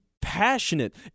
passionate